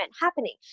happening